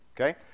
Okay